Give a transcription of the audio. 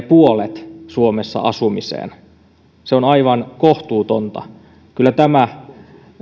puolet menee asumiseen se on aivan kohtuutonta kyllä tämä